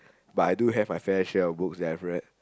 but I do my fair share of book that I have read